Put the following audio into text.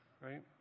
right